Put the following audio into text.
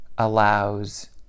Allows